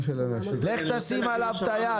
לך תשים עליו את היד.